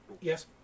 Yes